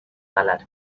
غلط